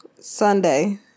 Sunday